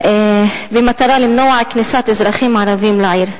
במטרה למנוע כניסת אזרחים ערבים לעיר.